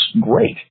great